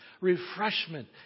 refreshment